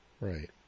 Right